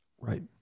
Right